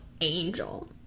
Angel